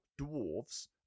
dwarves